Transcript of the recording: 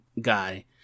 guy